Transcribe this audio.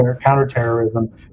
Counterterrorism